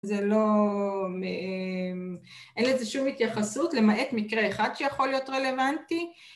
זה לא, אמ... אין לזה שום התייחסות למעט מקרה אחד שיכול להיות רלוונטי